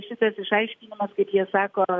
šitas išaiškinimas kaip jie sako